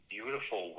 beautiful